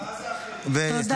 מה זה "אחרים"?